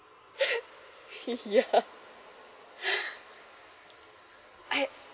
ya I